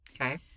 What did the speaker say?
Okay